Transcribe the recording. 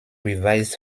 revised